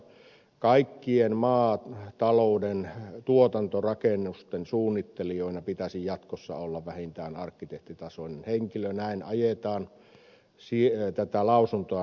kaikkien maatalouden tuotantorakennusten suunnittelijoina pitäisi jatkossa olla vähintään arkkitehtitasoinen henkilö näin ajetaan tätä lausuntoa